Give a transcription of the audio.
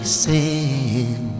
sing